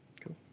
cool